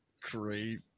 great